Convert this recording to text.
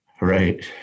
right